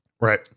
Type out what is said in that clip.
Right